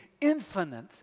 infinite